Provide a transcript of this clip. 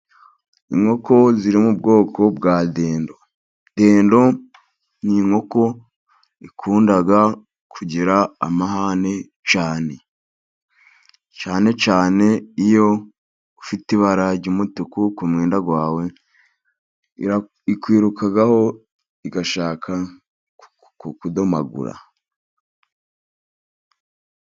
Inkoko ziri mu bwoko bwa dendo. Dendo ni inkoko ikunda kugira amahane. Cyane cyane iyo ufite ibara ry'umutuku ku mwenda wawe, ikwirukagaho igashaka kukudomagura.